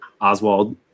Oswald